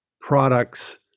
products